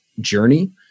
journey